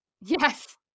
Yes